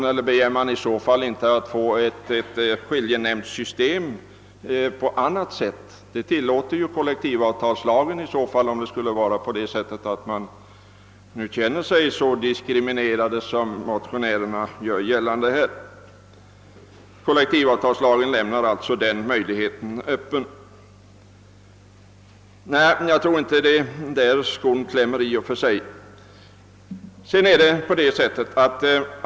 Varför begär man inte att få ett annat skiljenämndssystem, om man känner sig så diskriminerad som motionärerna gör gällande? Kollektivavtalslagen lämnar den möjligheten öppen. Men jag tror inte att det är där skon klämmer.